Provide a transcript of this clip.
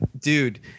Dude